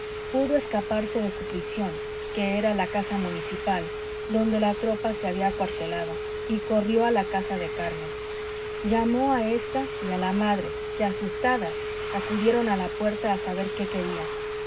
pudo escaparse de su prisión que era la casa municipal donde la tropa se había acuartelado y corrió a la casa de carmen llamó a ésta y a la madre que asustadas acudieron a la puerta a saber qué quería